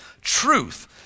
Truth